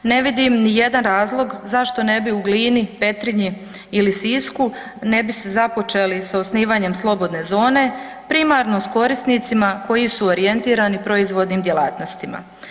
Ne vidim nijedan razlog zašto ne bi u Glini, Petrinji ili Sisku ne bi se započeli s osnivanjem slobodne zone, primarno s korisnicima koji su orijentirani proizvodnim djelatnostima.